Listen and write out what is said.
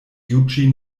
juĝi